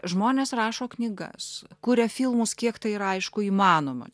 žmonės rašo knygas kuria filmus kiek tai yra aišku įmanoma